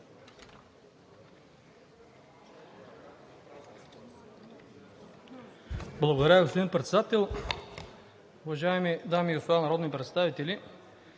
Благодаря, господин Председател. Уважаеми дами и господа народни представители!